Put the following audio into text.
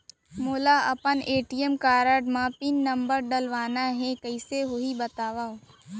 मोला अपन ATM card म पिन नंबर डलवाना हे कइसे होही बतावव?